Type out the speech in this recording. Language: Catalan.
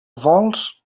vols